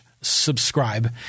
subscribe